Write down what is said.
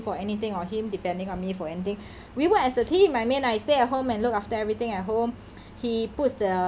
for anything or him depending on me for anything we work as a team I mean I stay at home and look after everything at home he puts the